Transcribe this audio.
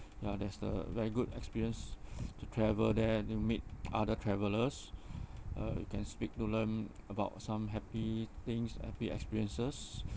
ya there's the very good experience to travel there and you meet other travellers uh you can speak to them about some happy things happy experiences